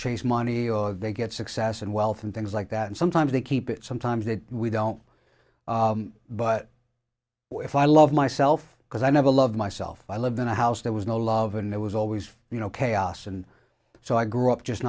change money or they get success and wealth and things like that and sometimes they keep it sometimes they don't but if i love myself because i never love myself i lived in a house there was no love and it was always you know chaos and so i grew up just